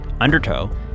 Undertow